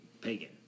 pagan